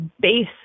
base